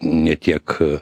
ne tiek